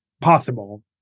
possible